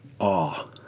awe